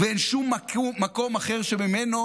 ואין שום מקום אחר שממנו